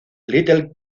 little